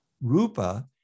Rupa